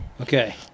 okay